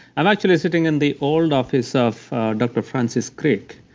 i'm actually sitting in the old office of doctor francis crick.